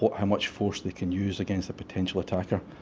but how much force they can use against a potential attacker.